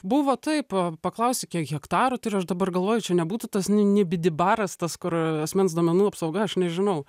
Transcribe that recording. buvo taip paklausi kiek hektarų turi aš dabar galvoju čia nebūtų tas nu nibidibaras tas kur asmens duomenų apsauga aš nežinau